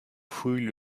fouille